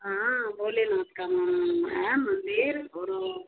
हाँ भोले नाथ का है मंदिर ऑरो